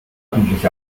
ordentlich